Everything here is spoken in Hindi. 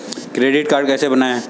क्रेडिट कार्ड कैसे बनवाएँ?